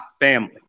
family